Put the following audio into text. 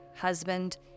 husband